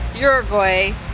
Uruguay